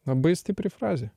labai stipri frazė